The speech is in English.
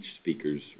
speaker's